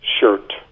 shirt